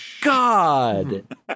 god